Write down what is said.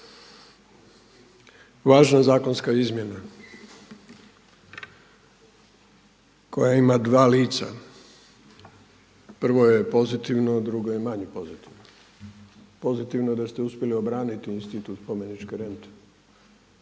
Važna zakonska izmjena koja ima dva lica prvo je pozitivno, a drugo je manje pozitivno. Pozitivno je da ste uspjeli obraniti institut spomeničke rente,